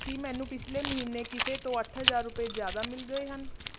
ਕੀ ਮੈਨੂੰ ਪਿਛਲੇ ਮਹੀਨੇ ਕਿਸੇ ਤੋਂ ਅੱਠ ਹਜ਼ਾਰ ਰੁਪਏ ਜ਼ਿਆਦਾ ਮਿਲ ਗਏ ਹਨ